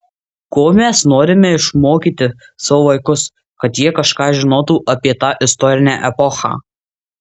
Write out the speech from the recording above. ko mes norime išmokyti savo vaikus kad jie kažką žinotų apie tą istorinę epochą